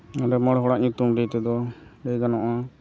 ᱱᱚᱰᱮ ᱢᱚᱬᱮ ᱦᱚᱲᱟᱜ ᱧᱩᱛᱩᱢ ᱞᱟᱹᱭ ᱛᱮᱫᱚ ᱞᱟᱹᱭ ᱜᱟᱱᱚᱜᱼᱟ